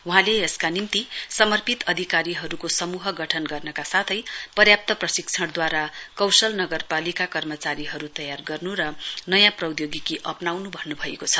वहाँले यसका निम्ति समर्पित अधिकारीहरुको समूह गठन गर्नका साथै पर्याप्त प्रशिक्षणद्वारा कौशल नगरपालिका कर्मचारीहरु तैयार गर्नु र नयाँ प्रौधोगिकी अप्नाउनु भन्नु भएको छ